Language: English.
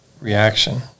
reaction